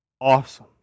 awesome